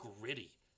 gritty